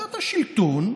החלטת השלטון,